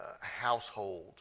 household